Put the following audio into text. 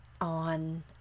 on